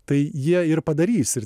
tai jie ir padarys ir